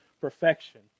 perfection